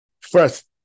first